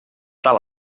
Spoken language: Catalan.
tal